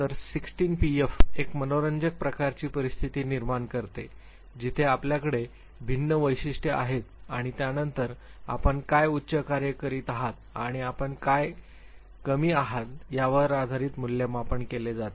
तर 16 पीएफ एक मनोरंजक प्रकारची परिस्थिती निर्माण करते जिथे आपल्याकडे भिन्न वैशिष्ट्ये आहेत आणि त्यानंतर आपण काय उच्च कार्य करीत आहात आणि आपण काय कमी आहात यावर आधारित मूल्यमापन केले जाते